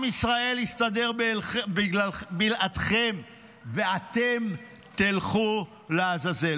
עם ישראל יסתדר בלעדיכם, ואתם תלכו לעזאזל?